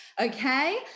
Okay